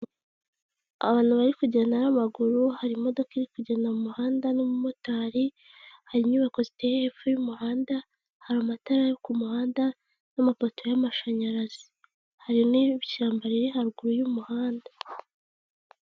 Abantu bari kugenda n'amaguru, hari imodoka iri kugenda mu muhanda n'umumotari, hari inyubako zituye hepfo y'umuhanda, hari amatara yo ku muhanda n'amapoto y'amashanyarazi, hari n'ishyamba riri haruguru y'umuhanda.